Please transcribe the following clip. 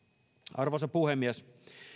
arvoisa puhemies